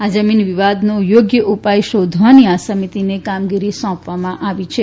આ જમીન વિવાદનો યોગ્ય ઉપાય શોધવાની આ સમિતિને કામગીરી સોંપવામાં આવી હતી